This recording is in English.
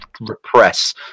repress